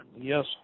Yes